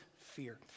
fear